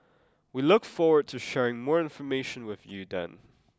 we look forward to sharing more information with you then